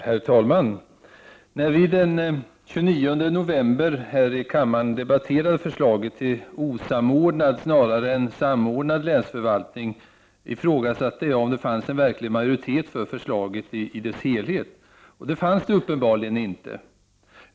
Herr talman! När vi den 29 november här i kammaren debatterade förslaget till osamordnad snarare än samordnad länsförvaltning, ifrågasatte jag om det fanns en verklig majoritet för förslaget i dess helhet — och det fanns det uppenbarligen inte.